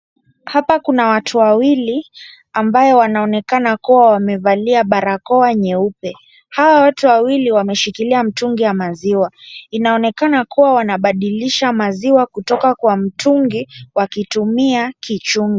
Hapa kuna watu wawili ambayo wanaonekana kuwa wamevalia barakoa nyeupe. Hawa watu wawili wameshikilia mtungi ya maziwa. Inaonekana kuwa wanabadilisha maziwa kutoka kwa mtungi wakitumia kichungi.